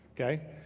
okay